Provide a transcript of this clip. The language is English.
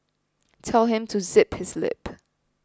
tell him to zip his lip